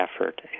effort